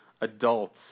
adults